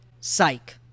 psych